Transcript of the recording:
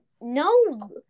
no